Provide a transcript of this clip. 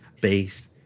based